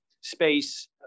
space